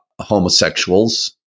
homosexuals